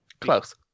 Close